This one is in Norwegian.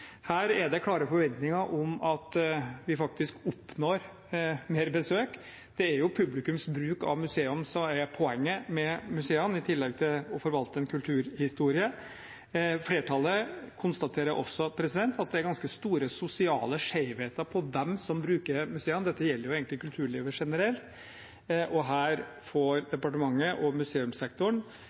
Her er det klare forventninger om at vi faktisk oppnår mer besøk. Det er jo publikums bruk av museene som er poenget med museene, i tillegg til å forvalte en kulturhistorie. Flertallet konstaterer også at det er ganske store sosiale skjevheter i hvem som bruker museene. Dette gjelder egentlig kulturlivet generelt. Her får departementet og museumssektoren